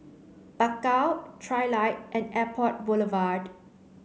Bakau Trilight and Airport Boulevard